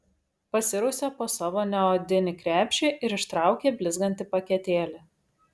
pasirausė po savo neodinį krepšį ir ištraukė blizgantį paketėlį